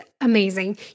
amazing